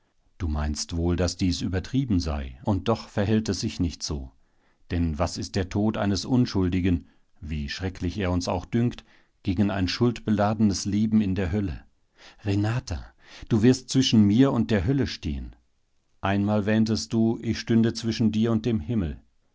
du meinst wohl daß dies übertrieben sei und doch verhält es sich nicht so denn was ist der tod eines unschuldigen wie schrecklich er uns auch dünkt gegen ein schuldbeladenes leben in der hölle renata du wirst zwischen mir und der hölle stehen einmal wähntest du ich stünde zwischen dir und dem himmel